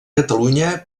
catalunya